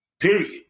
Period